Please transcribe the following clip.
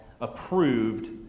approved